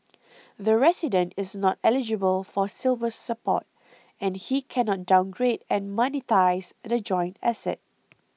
the resident is not eligible for Silver Support and he cannot downgrade and monetise the joint asset